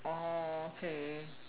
oh okay